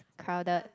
crowded